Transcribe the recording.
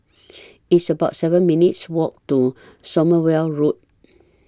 It's about seven minutes' Walk to Sommerville Road